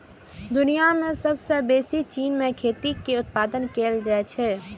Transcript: दुनिया मे सबसं बेसी चीन मे खैनी के उत्पादन कैल जाइ छै